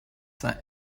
that